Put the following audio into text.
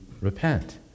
repent